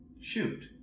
shoot